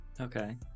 Okay